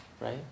right